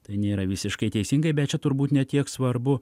tai nėra visiškai teisingai bet čia turbūt ne tiek svarbu